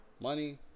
money